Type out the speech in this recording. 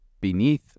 beneath